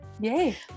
yay